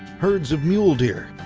herds of mule deer,